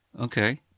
Okay